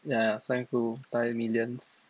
ya swine flu by millions